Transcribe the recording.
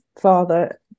father